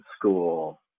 school